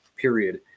period